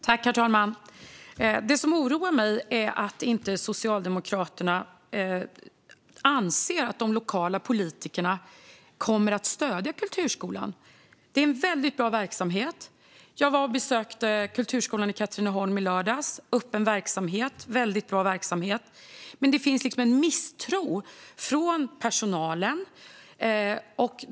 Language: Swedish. Herr talman! Det som oroar mig är att Socialdemokraterna inte anser att de lokala politikerna kommer att stödja kulturskolan. Kulturskolan är en väldigt bra verksamhet. Jag var och besökte kulturskolan i Katrineholm i lördags. Det är en öppen verksamhet som är väldigt bra, men det finns en misstro från personalen.